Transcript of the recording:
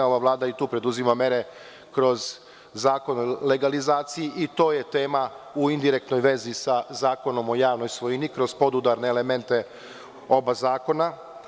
Ova vlada i tu preduzima mere kroz Zakon o legalizaciji i to je tema u indirektnoj vezi sa Zakonom o javnoj svojini kroz podudarne mere oba zakona.